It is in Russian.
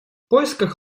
поисках